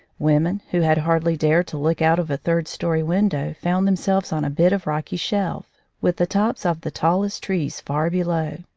women who had hardly dared to look out of a third-story window found themselves on a bit of rocky shelf, with the tops of the tallest trees far below.